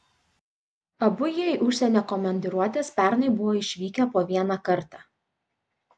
abu jie į užsienio komandiruotes pernai buvo išvykę po vieną kartą